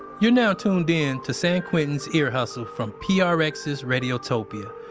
you're now tuned in to san quentin's ear hustle from prx's radiotopia.